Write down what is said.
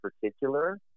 particular